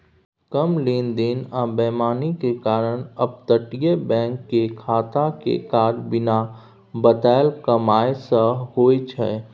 कम लेन देन आ बेईमानी के कारण अपतटीय बैंक के खाता के काज बिना बताएल कमाई सँ होइ छै